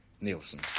Nielsen